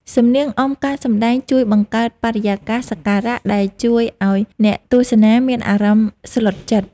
សំនៀងអមការសម្ដែងជួយបង្កើតបរិយាកាសសក្ការៈ ដែលធ្វើឱ្យអ្នកទស្សនាមានអារម្មណ៍ស្លុតចិត្ត។